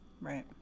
right